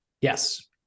Yes